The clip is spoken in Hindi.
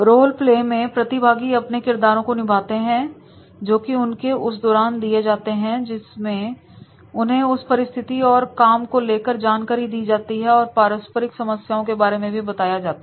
रोलप्ले में प्रतिभागी अपने किरदारों को निभाते हैं जो कि उनको उस दौरान दिए जाते हैं जिसमें उन्हें उस परिस्थिति और काम को लेकर जानकारी दी जाती है और पारस्परिक समस्याओं के बारे में भी बताया जाता है